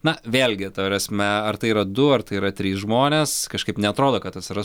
na vėlgi ta prasme ar tai yra du ar tai yra trys žmonės kažkaip neatrodo kad tas yra